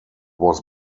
was